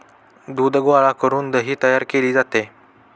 दूध गोळा करून दही तयार केले जाते